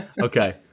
okay